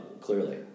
clearly